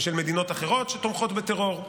ושל מדינות אחרות שתומכות בטרור,